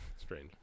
Strange